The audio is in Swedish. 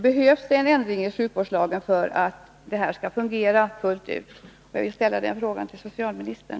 Behövs det ändringar i sjukvårdslagen för att detta skall fungera fullt ut? Jag vill ställa den frågan till socialministern.